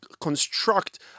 construct